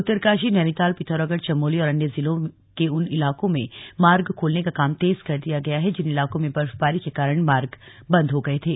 उत्तरकाशी नैनीताल पिथौरागढ़ चमोली और अन्य जिलों के उन इलाकों में मार्ग खोलने का काम तेज कर दिया गया है जिन इलाकों में बर्फबारी के कारण मार्ग बंद हो गए थे